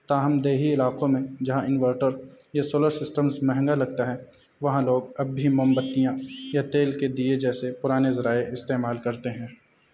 تاہم دیہی علاقوں میں جہاں انورٹر یا سولر سسٹمس مہنگا لگتا ہے وہاں لوگ اب بھی موم بتیاں یا تیل کے دیے جیسے پرانے ذرائع استعمال کرتے ہیں